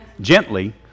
Gently